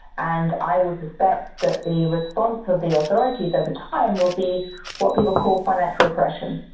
and i would suspect that the response of the authorities over time will be what we will call financial repression.